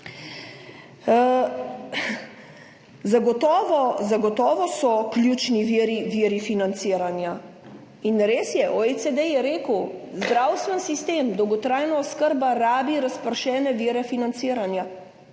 Zagotovo so ključni viri, viri financiranja. In res je, OECD je rekel zdravstveni sistem, dolgotrajna oskrba rabi razpršene vire financiranja.